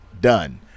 Done